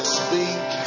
speak